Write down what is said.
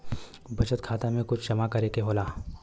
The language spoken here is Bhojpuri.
बचत खाता मे कुछ जमा करे से होला?